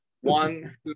One